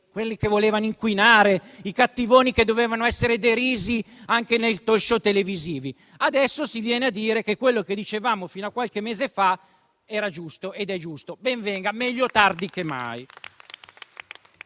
quelli che volevano inquinare, i cattivoni che dovevano essere derisi anche nei *talk-show* televisivi. Adesso si viene a dire che quello che dicevamo fino a qualche mese fa era ed è giusto. Ben venga, meglio tardi che mai.